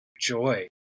joy